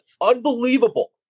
unbelievable